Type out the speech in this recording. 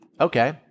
okay